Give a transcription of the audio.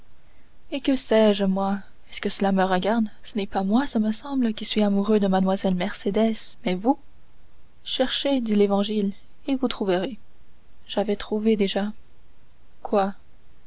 et que sais-je moi est-ce que cela me regarde ce n'est pas moi ce me semble qui suis amoureux de mlle mercédès mais vous cherchez dit l'évangile et vous trouverez j'avais trouvé déjà quoi